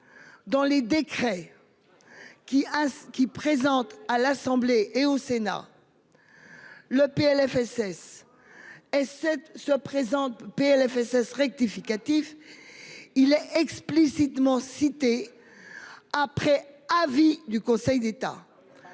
Dans les décrets. Qui hein qui présente à l'Assemblée et au Sénat. Le PLFSS. Et cette se présente le PLFSS rectificatif. Il est explicitement cités. Après avis du Conseil d'État.